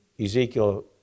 Ezekiel